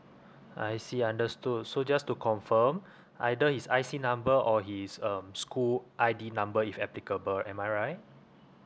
I see understood so just to confirm either his I_C number or his um school I_D number if applicable am I right